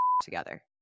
together